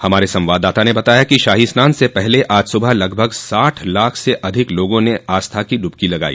हमारे संवाददाता ने बताया कि शाही स्नान से पहले आज सुबह लगभग साठ लाख से अधिक लोगों ने आस्था की ड्रबकी लगाई